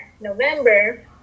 November